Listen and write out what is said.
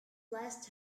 blessed